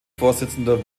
vorsitzender